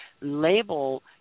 label